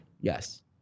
Yes